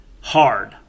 hard